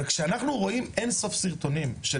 אבל כשאנחנו רואים אין סוף סרטונים של